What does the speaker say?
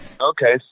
Okay